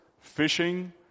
fishing